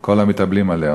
כל המתאבלים עליה".